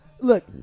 look